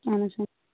اَہَن حظ